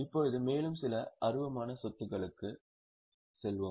இப்போது மேலும் பிற அருவமான சொத்துக்களுக்கு செல்வோம்